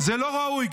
זה לא ראוי.